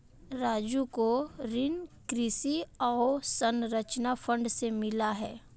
राजू को ऋण कृषि अवसंरचना फंड से मिला है